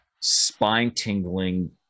spine-tingling